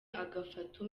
agafata